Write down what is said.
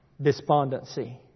despondency